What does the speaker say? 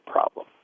Problem